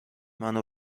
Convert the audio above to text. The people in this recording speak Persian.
منو